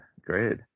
Great